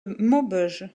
maubeuge